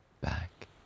back